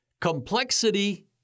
Complexity